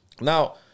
Now